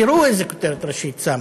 תראו איזו כותרת ראשית שמו,